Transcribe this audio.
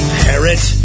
parrot